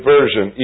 Version